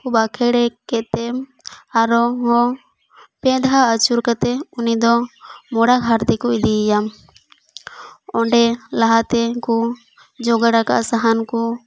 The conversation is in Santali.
ᱵᱟᱸᱠᱷᱮᱲᱮ ᱠᱮᱛᱮ ᱟᱨᱚ ᱦᱚᱸ ᱯᱮ ᱫᱷᱟᱶ ᱟᱹᱪᱩᱨ ᱠᱟᱛᱮ ᱩᱱᱤ ᱫᱚ ᱢᱚᱲᱟ ᱜᱷᱟᱴ ᱛᱮᱠᱚ ᱤᱫᱤᱭᱮᱭᱟ ᱚᱸᱰᱮ ᱞᱟᱦᱟᱛᱮ ᱠᱩ ᱡᱚᱜᱟᱲ ᱟᱠᱟᱫ ᱥᱟᱦᱟᱱ ᱠᱩ